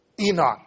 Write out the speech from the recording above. Enoch